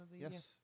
yes